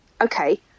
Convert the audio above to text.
Okay